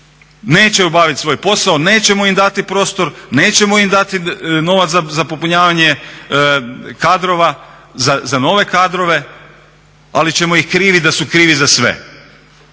neće obaviti svoj posao, nećemo im dati prostor, nećemo im dati novac za popunjavanje kadrova, za nove kadrove, ali ćemo ih kriviti da su krivi za sve.